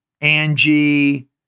Angie